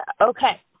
Okay